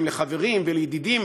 אז הולכים לחברים ולידידים,